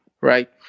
right